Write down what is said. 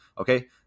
Okay